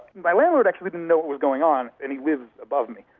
my landlord actually didn't know what was going on and he lives above me.